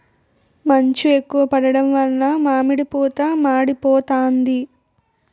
మంచు ఎక్కువ పడడం వలన మామిడి పూత మాడిపోతాంది